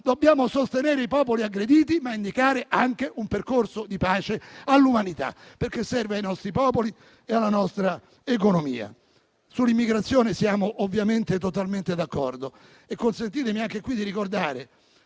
dobbiamo sostenere i popoli aggrediti, ma indicare anche un percorso di pace all'umanità, perché serve ai nostri popoli e alla nostra economia. Sull'immigrazione ovviamente siamo totalmente d'accordo. Visto che dalla Libia,